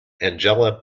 angela